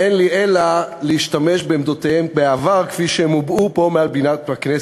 אין לי אלא להשתמש בעמדותיהם בעבר כפי שהן הובעו פה מעל בימת הכנסת.